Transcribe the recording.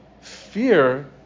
fear